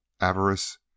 avarice